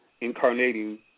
incarnating